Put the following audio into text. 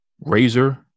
Razor